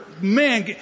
man